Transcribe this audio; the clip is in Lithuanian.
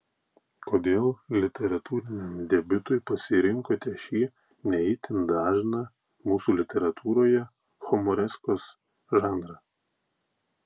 kodėl literatūriniam debiutui pasirinkote šį ne itin dažną mūsų literatūroje humoreskos žanrą